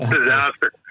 Disaster